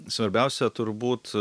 svarbiausia turbūt